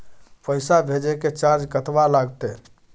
पैसा भेजय के चार्ज कतबा लागते?